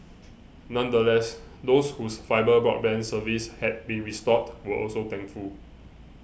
nonetheless those whose fibre broadband service had been restored were also thankful